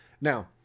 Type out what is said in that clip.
Now